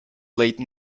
late